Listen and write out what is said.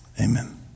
Amen